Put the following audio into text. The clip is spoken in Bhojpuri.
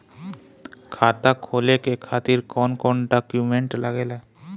खाता खोले के खातिर कौन कौन डॉक्यूमेंट लागेला?